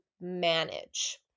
manage